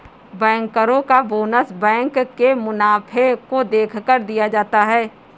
बैंकरो का bonus bank के मुनाफे को देखकर दिया जाता है